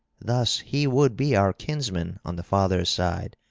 thus he would be our kinsman on the father's side.